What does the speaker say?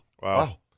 wow